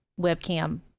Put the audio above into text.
webcam